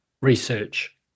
research